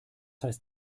heißt